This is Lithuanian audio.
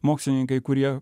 mokslininkai kurie